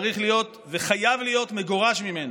הוא צריך להיות וחייב להיות מגורש ממנה.